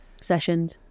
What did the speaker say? sessions